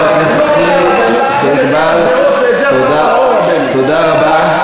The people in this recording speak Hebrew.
ראוי שתתנצל, תודה רבה,